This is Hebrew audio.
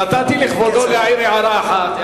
נתתי לכבודו להעיר הערה אחת,